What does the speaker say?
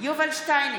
יובל שטייניץ,